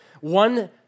One